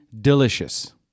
delicious